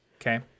Okay